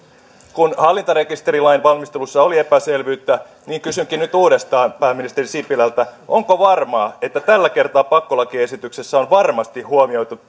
koska hallintarekisterilain valmistelussa oli epäselvyyttä niin kysynkin nyt uudestaan pääministeri sipilältä onko varmaa että tällä kertaa pakkolakiesityksessä on varmasti huomioitu